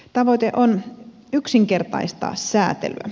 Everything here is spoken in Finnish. tavoite on yksinkertaistaa säätelyä